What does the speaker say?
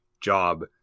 job